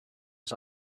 his